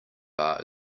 bar